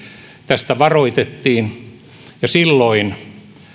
tästä varoitettiin ja silloin